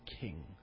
king